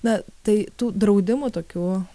na tai tų draudimų tokių